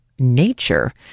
nature